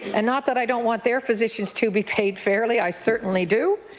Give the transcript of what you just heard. and not that i don't want their physicians to be paid fairly. i certainly do,